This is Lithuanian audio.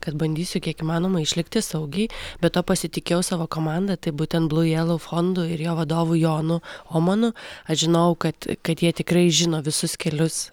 kad bandysiu kiek įmanoma išlikti saugiai be to pasitikėjau savo komanda tai būtent blū jelau fondu ir jo vadovu jonu omanu aš žinojau kad kad jie tikrai žino visus kelius